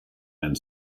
and